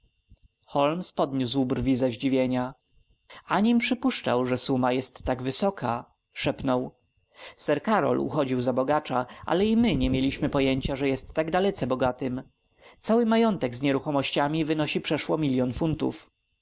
podniósł brwi ze zdziwienia anim przypuszczał że suma jest tak wysoka szepnął sir karol uchodził za bogacza ale i my nie mieliśmy pojęcia że jest tak dalece bogatym cały majątek z nieruchomościami wynosi przeszło milion funtów